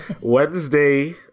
Wednesday